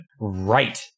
Right